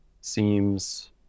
seems